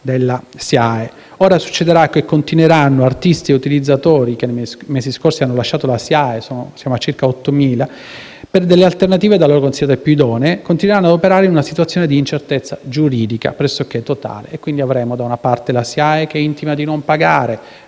della SIAE. Gli artisti e gli utilizzatori che nei mesi scorsi hanno lasciato la SIAE - siamo a circa 8.000 - per le alternative da loro considerate più idonee, continueranno così a operare in una situazione di incertezza giuridica pressoché totale. Quindi, avremo, da una parte, la SIAE che intima di non pagare